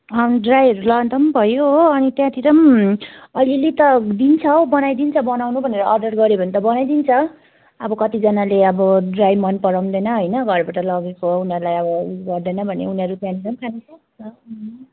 अनि ड्राईहरू लाँदा पनि भयो हो अनि त्यहाँतिर पनि अलिअलि त दिन्छ हौ बनाइदिन्छ बनाउनु भनेर अर्डर गऱ्यो भने त बनाइदिन्छ अब कतिजनाले अब ड्राई मन पराउँदैन होइन घरबाट लगेको उनीहरूलाई अब गर्दैन भने उनीहरूरू त्यहाँनिर पनि खानु सक्छ